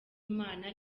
imana